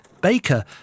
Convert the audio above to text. Baker